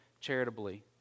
charitably